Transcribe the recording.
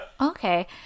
okay